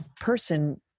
person